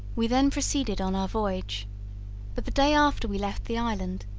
we then proceeded on our voyage but the day after we left the island,